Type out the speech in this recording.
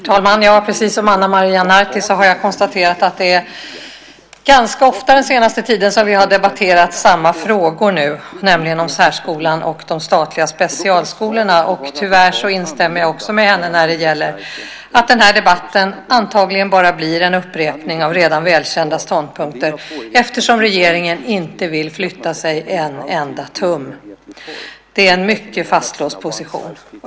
Herr talman! Precis som Ana Maria Narti kan jag konstatera att vi under den senaste tiden ganska ofta debatterat samma fråga, nämligen särskolan och de statliga specialskolorna, och jag kan instämma i att den här debatten antagligen bara blir en upprepning av redan välkända ståndpunkter eftersom regeringen inte vill flytta sig en enda tum. Positionen är helt fastlåst.